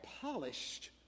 polished